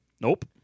Nope